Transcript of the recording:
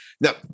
Now